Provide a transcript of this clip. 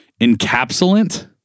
encapsulant